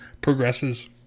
progresses